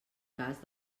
cas